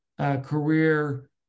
career